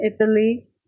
Italy